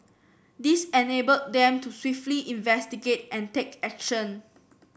this enabled them to swiftly investigate and take action